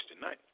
tonight